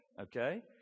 Okay